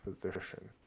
position